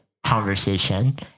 conversation